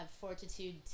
Fortitude